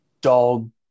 dog